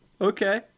Okay